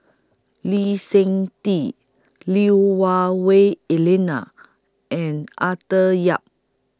Lee Seng Tee Lui Hah Elena and Arthur Yap